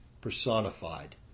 personified